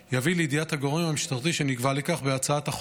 יביא זאת לידיעת הגורם המשטרתי שנקבע לכך בהצעת החוק,